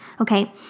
Okay